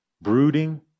brooding